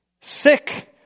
Sick